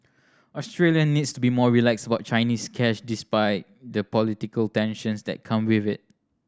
Australia needs to be more relaxed about Chinese cash despite the political tensions that come with it